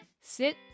Sit